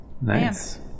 Nice